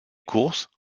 courses